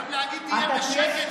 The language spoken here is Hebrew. גם להגיד "תהיה בשקט" זה לא ממלכתי.